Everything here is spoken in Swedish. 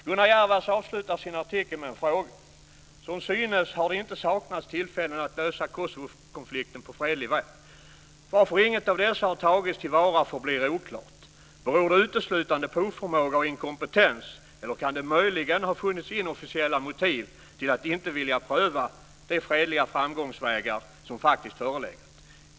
Gunnar Jervas avslutar sin artikel med en fråga: "Som synes har det inte saknats tillfällen att lösa Kosovokonflikten på fredlig väg. Varför inget av dessa har tagits tillvara förblir oklart. Beror det uteslutande på oförmåga och inkompetens eller kan det möjligen ha funnits inofficiella motiv till att inte vilja pröva de fredliga framgångsvägar som faktiskt förelegat?